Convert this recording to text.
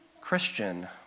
Christian